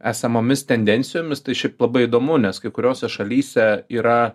esamomis tendencijomis tai šiaip labai įdomu nes kai kuriose šalyse yra